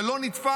זה לא נתפס.